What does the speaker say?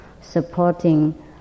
supporting